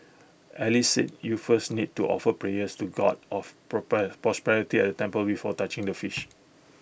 alice said you first need to offer prayers to God of proper prosperity at temple before touching the fish